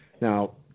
Now